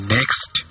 Next